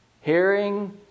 hearing